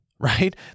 Right